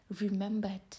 remembered